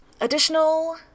Additional